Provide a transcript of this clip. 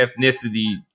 ethnicity